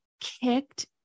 kicked